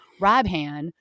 Rabhan